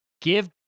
give